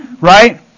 right